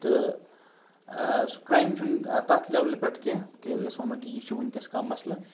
تہٕ سُہ کرایم چُھنہٕ تتھ لیولہِ پیٹھ کیٛنٚہہ کہِ أسۍ وَنَو کہِ یہِ چھُ ؤنکیٚس کانہہ مسلہٕ